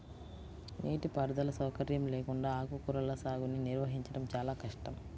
నీటిపారుదల సౌకర్యం లేకుండా ఆకుకూరల సాగుని నిర్వహించడం చాలా కష్టం